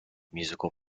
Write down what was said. musical